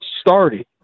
started